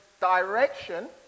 direction